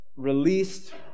Released